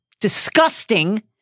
disgusting